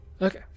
Okay